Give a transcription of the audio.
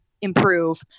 improve